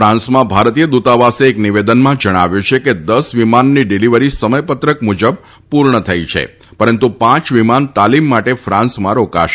ફાન્સમાં ભારતીય દ્રતાવાસે એક નિવેદનમાં જણાવ્યું છે કે દસ વિમાનની ડિલિવરી સમયપત્રક મુજબ પૂર્ણ થઈ ગઈ છે પરંતુ પાંચ વિમાન તાલીમ માટે ફાન્સમાં રોકાશે